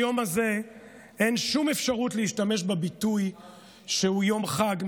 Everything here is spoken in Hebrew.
היום הזה אין שום אפשרות להשתמש בביטוי שהוא יום חג,